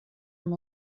amb